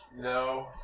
No